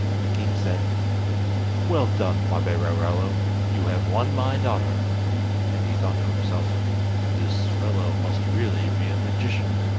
and the king said well done, paperarello, you have won my daughter and he thought to himself this fellow must really be a magician